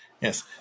Yes